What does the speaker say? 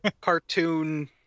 cartoon